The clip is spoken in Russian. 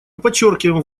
подчеркиваем